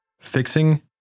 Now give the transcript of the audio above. Fixing